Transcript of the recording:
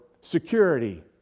security